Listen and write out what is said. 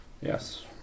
Yes